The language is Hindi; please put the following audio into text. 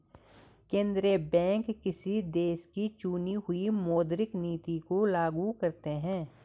केंद्रीय बैंक किसी देश की चुनी हुई मौद्रिक नीति को लागू करते हैं